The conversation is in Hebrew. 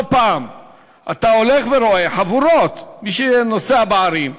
לא פעם אתה הולך ורואה חבורות, מי שנוסע בערים,